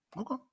Okay